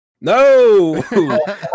no